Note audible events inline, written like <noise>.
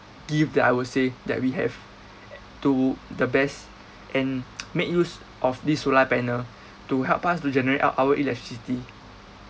gift that I would say that we have to the best and <noise> make use of this solar panel to help us to generate out our electricity